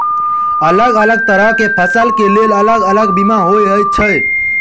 अलग अलग तरह केँ फसल केँ लेल अलग अलग बीमा होइ छै?